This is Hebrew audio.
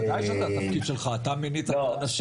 ודאי שזה התפקיד שלך, אתה מינית את האנשים.